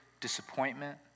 disappointment